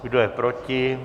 Kdo je proti?